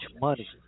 money